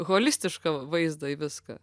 holistišką vaizdą į viską